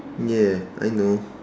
ya I know